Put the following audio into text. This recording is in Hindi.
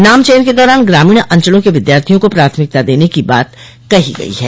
नाम चयन के दौरान ग्रामीण अंचलों के विद्यार्थियों को प्राथमिकता देने की बात कही गई है